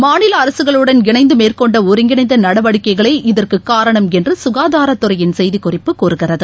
மாநிலஅரசுகளுடன் இணைந்தமேற்கொண்டஒருங்கிணைந்தநடவடிக்கைகளே காரணம் இதற்குக் என்றுகாதாரத்துறையின் செய்திக்குறிப்பு கூறுகிறது